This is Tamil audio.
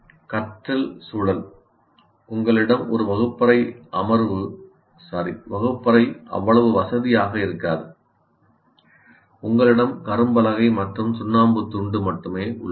கற்றல் சூழல் உங்களிடம் ஒரு வகுப்பறை அவ்வளவு வசதியாக இருக்காது உங்களிடம் கரும்பலகை மற்றும் சுண்ணாம்பு துண்டு மட்டுமே உள்ளது